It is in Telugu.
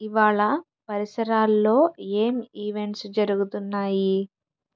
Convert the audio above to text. ఇవాళ పరిసరాల్లో ఏం ఈవెంట్స్ జరుగుతున్నాయి